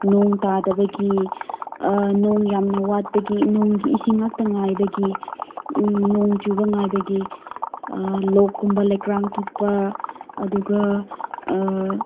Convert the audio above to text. ꯅꯣꯡ ꯇꯥꯗꯕꯒꯤ ꯅꯣꯡ ꯌꯥꯝꯅ ꯋꯥꯠꯄꯒꯤ ꯅꯣꯡꯒꯤ ꯏꯁꯤꯡ ꯉꯥꯛꯇꯥ ꯉꯥꯏꯕꯒꯤ ꯅꯣꯡ ꯆꯨꯕ ꯉꯥꯏꯕꯒꯤ ꯂꯣꯛꯀꯨꯝꯕ ꯂꯩꯀ꯭ꯔꯛ ꯊꯣꯛꯄ ꯑꯗꯨꯒ